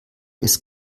ist